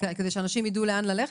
כדי שאנשים ידעו לאן ללכת?